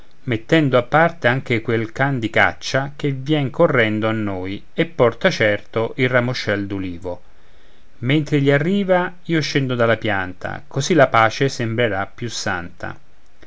mettendo a parte anche quel can di caccia che vien correndo a noi e porta certo il ramuscel d'ulivo mentre egli arriva io scendo dalla pianta così la pace sembrerà più santa